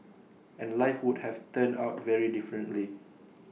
and life would have turned out very differently